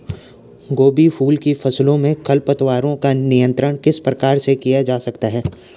गोभी फूल की फसलों में खरपतवारों का नियंत्रण किस प्रकार किया जा सकता है?